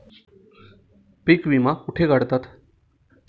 पीक विमा कुठे काढतात?